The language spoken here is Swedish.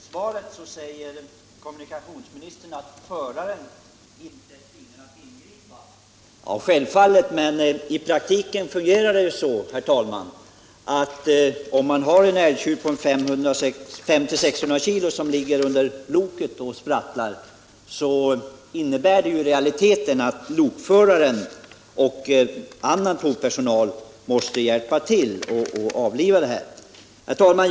Herr talman! I svaret säger kommunikationsministern att föraren inte är tvingad att ingripa — självfallet, men i praktiken fungerar det ju så, herr talman, att om en älgtjur på 500-600 kilo ligger under loket och sprattlar, så måste lokföraren och annan tågpersonal hjälpa till att så snabbt som möjligt avliva djuret. Herr talman!